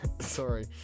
Sorry